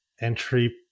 entry